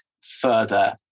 further